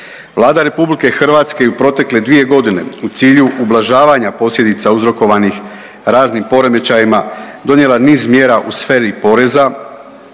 Vlada Republike Hrvatske je u protekle dvije godine u cilju ublažavanja posljedica uzrokovanih raznim poremećajima donijela niz mjera u sferi poreza,